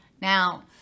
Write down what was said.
now